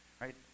right